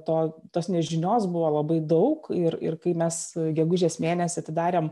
to tos nežinios buvo labai daug ir ir kai mes gegužės mėnesį atidarėm